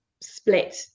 split